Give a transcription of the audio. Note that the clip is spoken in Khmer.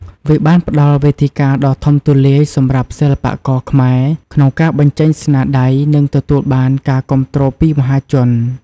វាបានផ្តល់វេទិកាដ៏ធំទូលាយសម្រាប់ សិល្បករខ្មែរ ក្នុងការបញ្ចេញស្នាដៃ និងទទួលបានការគាំទ្រពីមហាជន។